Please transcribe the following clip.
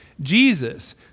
Jesus